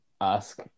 ask